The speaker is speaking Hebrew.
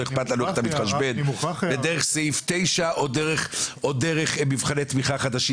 לא מעניין אותנו איך אתה מתחשבן דרך סעיף 9 או דרך מבחני תמיכה חדשים.